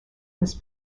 was